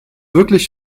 wirklich